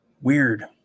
Weird